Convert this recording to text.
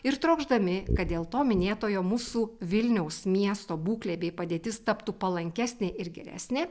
ir trokšdami kad dėl to minėtojo mūsų vilniaus miesto būklė bei padėtis taptų palankesnė ir geresnė